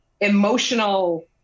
emotional